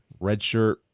redshirt